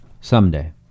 someday